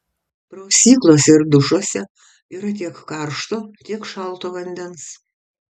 prausyklose ir dušuose yra tiek karšto tiek šalto vandens